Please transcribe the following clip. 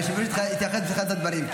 היושב-ראש התייחס לזה בתחילת הדברים.